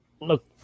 Look